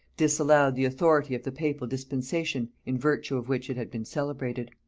disallowed the authority of the papal dispensation in virtue of which it had been celebrated.